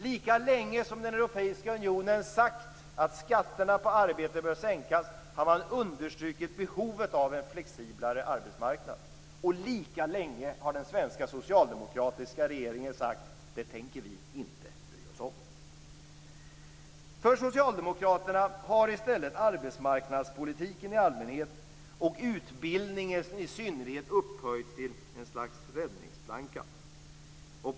Lika länge som den europeiska unionen sagt att skatterna på arbete bör sänkas har man understrukit behovet av en flexiblare arbetsmarknad, och lika länge har den svenska socialdemokratiska regeringen sagt: Det tänker vi inte bry oss om. För socialdemokraterna har i stället arbetsmarknadspolitiken i allmänhet och utbildningen i synnerhet upphöjts till ett slags räddningsplanka.